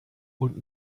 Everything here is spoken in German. und